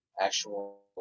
actual